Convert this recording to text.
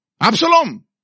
Absalom